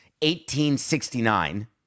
1869